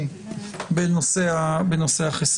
היא אומרת שעל החוקר יש את החובה לתת את